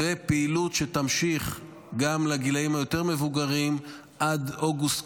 ופעילות שתמשיך גם לגילים היותר-מבוגרים עד אוגוסט,